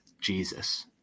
Jesus